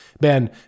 Ben